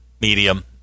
medium